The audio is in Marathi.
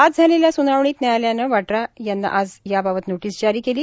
आज झालेल्या सूनावणीत न्यायालयानं वाड्रा यांना आज याबाबत नोटीस जारी केली